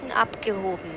abgehoben